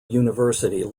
university